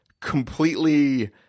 completely